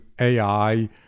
AI